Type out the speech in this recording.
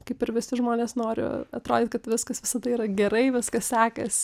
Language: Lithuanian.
kaip ir visi žmonės noriu atrodyt kad viskas visada yra gerai viskas sekasi